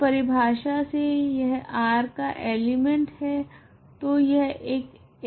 तो परिभाषा से यह R का एलिमेंट है